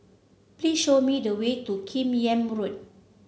please show me the way to Kim Yam Road